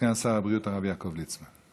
סגן שר הבריאות הרב יעקב ליצמן.